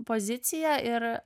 poziciją ir